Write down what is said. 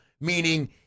Meaning